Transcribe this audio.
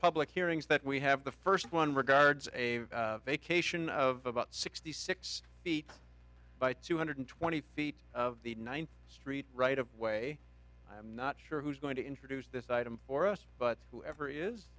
public hearings that we have the first one regards a vacation of about sixty six feet by two hundred twenty feet of the ninth street right of way i'm not sure who is going to introduce this item for us but whoever is